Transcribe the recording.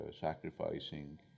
sacrificing